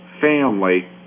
family